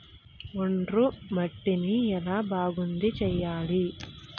ఒండ్రు మట్టిని ఎలా బాగుంది చేయాలి?